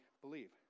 believe